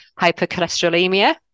hypercholesterolemia